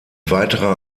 weiterer